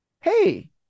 Hey